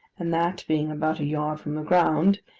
and that being about a yard from the ground,